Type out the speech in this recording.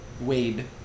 Wade